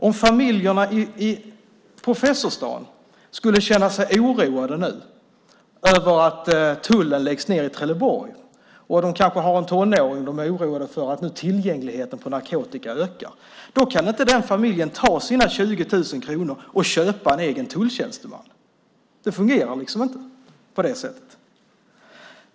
Om en familj i Professorsstaden skulle känna sig oroad över att tullen läggs ned i Trelleborg, och man kanske har en tonåring och blir oroad över att tillgängligheten till narkotika ökar, så kan inte den familjen ta sina 20 000 kronor och köpa en egen tulltjänsteman. Det fungerar inte på det sättet.